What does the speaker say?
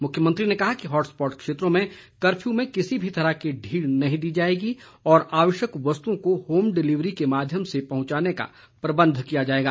मुख्यमंत्री ने कहा कि हॉट स्पॉट क्षेत्रों में कर्फ्यू में किसी भी तरह की ढील नहीं दी जाएगी और आवश्यक वस्तुओं को होम डिलीवरी के माध्यम से पहुंचाने का प्रबंध किया जाएगा